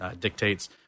dictates